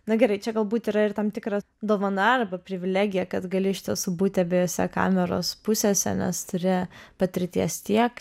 na gerai čia galbūt yra ir tam tikra dovana arba privilegija kad gali iš tiesų būti abejose kameros pusėse nes turi patirties tiek